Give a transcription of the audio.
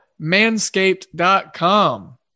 Manscaped.com